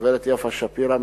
גברת יפה שפירא,